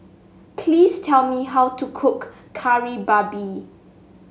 please tell me how to cook Kari Babi